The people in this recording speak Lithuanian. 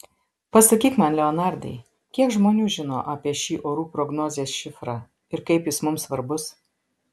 pasakyk man leonardai kiek žmonių žino apie šį orų prognozės šifrą ir kaip jis mums svarbus